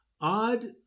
odd